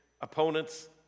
opponents